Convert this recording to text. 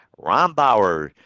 Rombauer